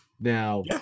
now